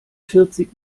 vierzig